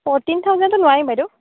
fourteen থাউজেণ্ডতো নোৱাৰিম বাইদেউ